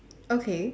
okay